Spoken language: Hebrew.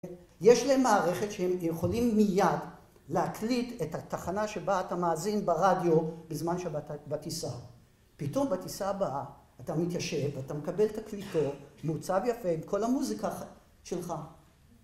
יש להם מערכת שהם יכולים מיד להקליט את התחנה שבה אתה מאזין ברדיו בזמן שאתה בטיסה. פתאום בטיסה הבאה אתה מתיישב, אתה מקבל את תקליטור, מעוצב יפה, עם כל המוזיקה שלך